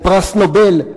לפרס נובל.